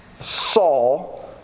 Saul